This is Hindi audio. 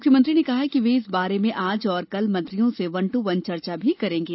मुख्यमंत्री ने कहा वे इस बारे में आज और कल मंत्रियों से वन टू वन चर्चा भी करेंगे